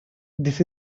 this